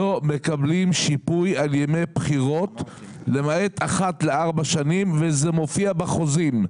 לא מקבלים שיפוי על ימי בחירות למעט אחת לארבע שנים וזה מופיע בחוזים.